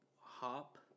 hop